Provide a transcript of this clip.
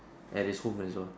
at his home also